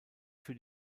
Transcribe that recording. für